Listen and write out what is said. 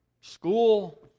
School